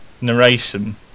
narration